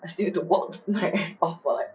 I still need to work my ass off for like